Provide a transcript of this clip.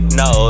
no